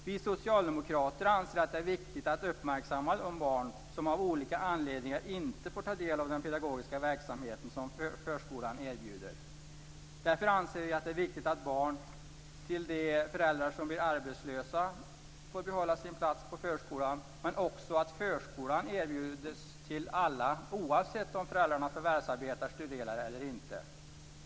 Vi socialdemokrater anser att det är viktigt att uppmärksamma de barn som av olika anledningar inte får ta del av den pedagogiska verksamhet som förskolan erbjuder. Därför anser vi att det är viktigt att barn till de föräldrar som blir arbetslösa får behålla sin plats på förskolan, men också att förskola erbjuds alla, oavsett om föräldrarna förvärvsarbetar/studerar eller inte.